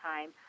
time